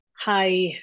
hi